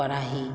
पढ़ाई